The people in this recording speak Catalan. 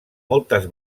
moltes